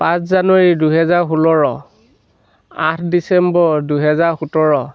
পাঁচ জানুৱাৰী দুই হাজাৰ ষোল্ল আঠ ডিচেম্বৰ দুই হাজাৰ সোতৰ